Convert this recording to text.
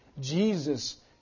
Jesus